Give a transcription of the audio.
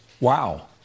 Wow